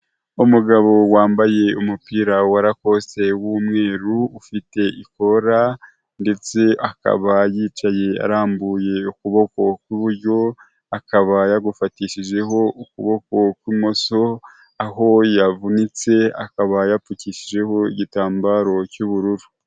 Umugabo wambaye umupira wa lacosite w'umweru ufite ikorala, ndetse akaba yicaye arambuye ukuboko kw'iburyo. Akaba yagufatishijeho ukuboko kw'imoso aho yavunitse, akaba yapfukishijeho igitambaro cy'ubururu.